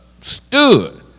stood